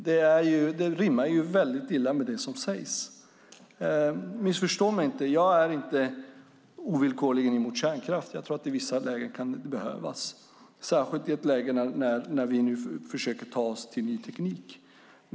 Det rimmar illa med det som sägs. Missförstå mig inte - jag är inte ovillkorligen emot kärnkraft. Jag tror att det kan behövas i vissa lägen, särskilt i ett läge när vi nu försöker ta oss till ny teknik.